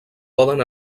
poden